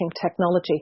technology